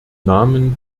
namen